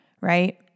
right